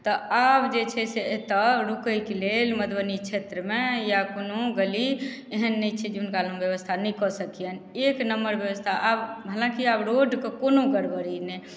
तऽ आब जे छै से एतऽ रुकैके लेल मधुबनी क्षेत्रमे या कोनो गली एहन नहि छै कि हुनका ले हम बेबस्था नहि कऽ सकिअनि एक नम्बर बेबस्था आब हालाँकि आब रोडके कोनो गड़बड़ी नहि